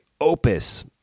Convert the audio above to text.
Opus